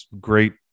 great